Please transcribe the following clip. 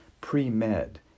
pre-med